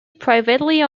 privately